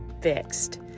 fixed